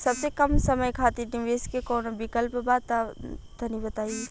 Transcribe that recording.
सबसे कम समय खातिर निवेश के कौनो विकल्प बा त तनि बताई?